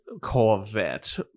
Corvette